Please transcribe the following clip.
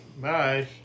Bye